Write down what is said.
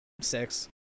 Six